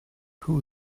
who